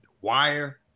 wire